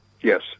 Yes